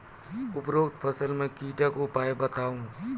उपरोक्त फसल मे कीटक उपाय बताऊ?